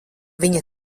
viņa